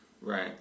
Right